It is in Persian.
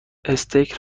استیک